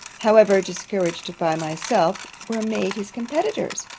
however discouraged by myself, were made his competitors.